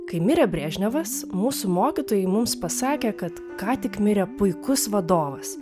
kai mirė brežnevas mūsų mokytojai mums pasakė kad ką tik mirė puikus vadovas